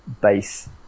base